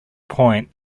point